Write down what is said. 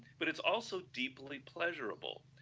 but it's also deeply pleasurable,